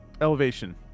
elevation